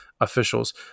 officials